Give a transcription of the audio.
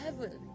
heaven